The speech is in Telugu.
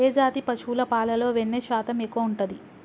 ఏ జాతి పశువుల పాలలో వెన్నె శాతం ఎక్కువ ఉంటది?